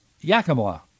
Yakima